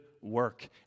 work